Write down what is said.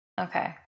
Okay